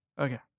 Okay